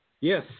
Yes